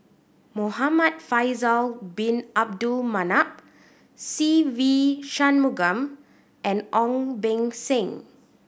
Muhamad Faisal Bin Abdul Manap Se Ve Shanmugam and Ong Beng Seng